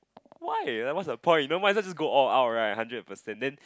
why like what's the point you know might as well just go all out right hundred percent then